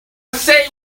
say